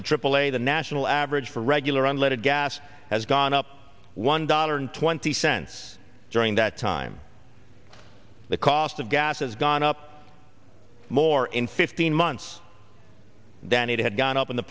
the aaa the national average for regular unleaded gas has gone up one dollar and twenty cents during that time the cost of gas has gone up more in fifteen months than it had gone up in the